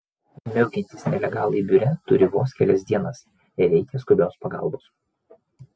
miaukiantys nelegalai biure turi vos kelias dienas reikia skubios pagalbos